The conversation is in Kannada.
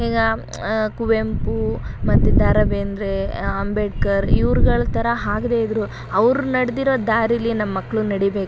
ಈಗ ಕುವೆಂಪು ಮತ್ತು ದ ರಾ ಬೇಂದ್ರೆ ಅಂಬೇಡ್ಕರ್ ಇವ್ರ್ಗಳ ಥರ ಆಗ್ದೇ ಇದ್ರೂ ಅವ್ರು ನಡೆದಿರೋ ದಾರಿಲಿ ನಮ್ಮ ಮಕ್ಕಳು ನಡಿಬೇಕು